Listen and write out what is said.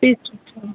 fees structure